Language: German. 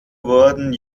wurden